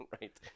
Right